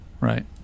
Right